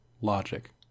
logic